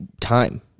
time